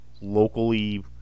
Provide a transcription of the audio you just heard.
locally